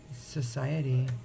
Society